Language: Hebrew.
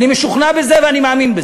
אני משוכנע בזה ואני מאמין בזה.